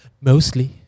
Mostly